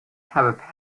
have